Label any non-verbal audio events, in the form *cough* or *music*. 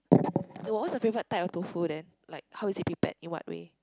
*noise* eh what's your favorite type of tofu then like how is it prepared in what way